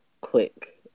quick